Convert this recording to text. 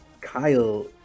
Kyle